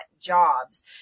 jobs